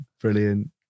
Brilliant